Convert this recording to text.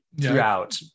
throughout